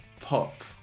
pop